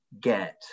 get